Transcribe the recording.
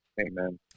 Amen